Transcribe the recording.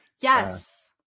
yes